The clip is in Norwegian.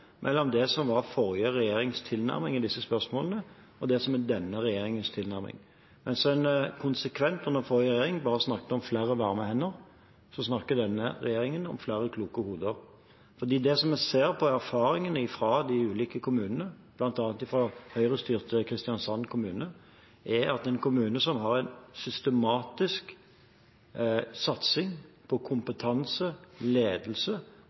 mellom det som var forrige regjerings tilnærming i disse spørsmålene, og det som er denne regjeringens tilnærming. Mens en konsekvent under forrige regjering bare snakket om flere varme hender, snakker denne regjeringen om flere kloke hoder. Det vi ser av erfaringene fra de ulike kommunene, bl.a. fra Høyre-styrte Kristiansand kommune, er at kommuner som har en systematisk satsing på kompetanse, ledelse